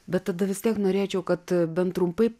bet tada vis tiek norėčiau kad bent trumpai